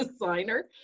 designer